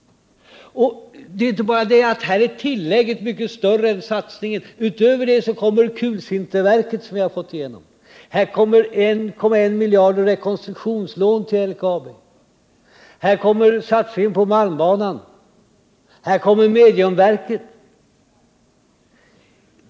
Det är inte bara så att tillägget är mycket större än den ursprungligen föreslagna satsningen. Utöver det kommer kulsinterverket, som vi har fått igenom. Det tillkommer 1,1 miljard i rekonstruktionslån till LKAB, det tillkommer en satsning på malmbanan och mediumverket.